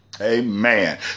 Amen